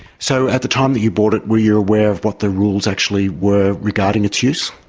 so at the time that you bought it were you aware of what the rules actually were regarding its use?